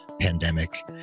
pandemic